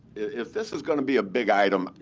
if this is going to be a big item,